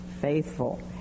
faithful